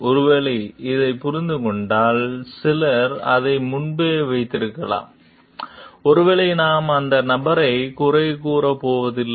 ஒருவேளை இதைப் புரிந்து கொண்டால் சிலர் அதை முன்பே செய்திருக்கலாம் ஒருவேளை நாம் அந்த நபரைக் குறை கூறப் போவதில்லை